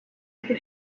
her